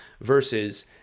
Versus